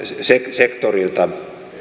sektorilta